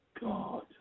God